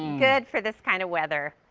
good for this kind of weather.